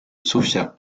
sofia